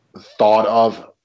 thought-of